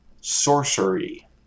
sorcery